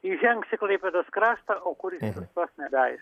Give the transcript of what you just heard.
įžengs į klaipėdos kraštą o kur jis sustos nebeaišku